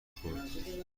خورد